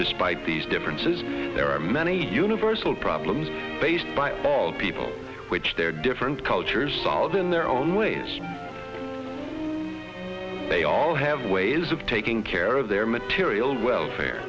despite these differences there are many universal problems faced by people which there are different cultures solve in their own ways they all have ways of taking care of their material welfare